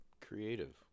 creative